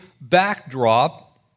backdrop